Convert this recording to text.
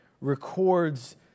records